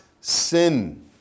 sin